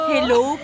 Hello